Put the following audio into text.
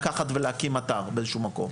לקחת ולהקים אתר באיזשהו מקום.